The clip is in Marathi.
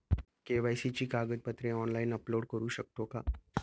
के.वाय.सी ची कागदपत्रे ऑनलाइन अपलोड करू शकतो का?